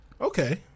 Okay